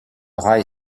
rail